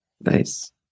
Nice